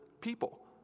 people